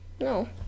No